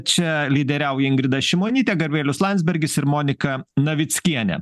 čia lyderiauja ingrida šimonytė gabrielius landsbergis ir monika navickienė